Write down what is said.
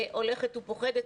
הולכת ופוחתת.